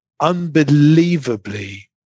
unbelievably